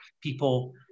people